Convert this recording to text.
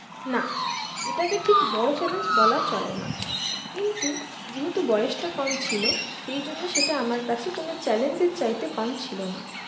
না এটাকে ঠিক বড় চ্যালেঞ্জ বলা চলে না কিন্তু যেহেতু বয়সটা কম ছিল সেইজন্য সেটা আমার কাছে কোন চ্যালেঞ্জের চাইতে কম ছিল না